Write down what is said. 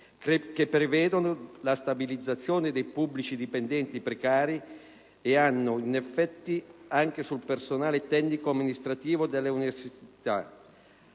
che prevedono la stabilizzazione dei pubblici dipendenti precari e hanno effetti anche sul personale tecnico‑amministrativo delle università.